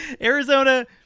Arizona